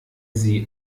sie